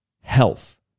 health